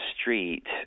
street